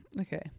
okay